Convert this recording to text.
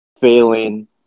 failing